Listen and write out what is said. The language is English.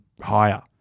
higher